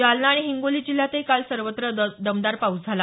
जालना आणि हिंगोली जिल्ह्यातही काल सर्वत्र दमदार पाऊस झाला